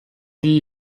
die